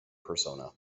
persona